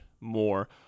more